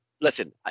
listen